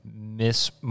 Miss